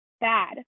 bad